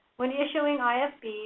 when issuing ifbs,